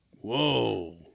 Whoa